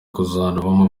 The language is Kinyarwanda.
kuzanamo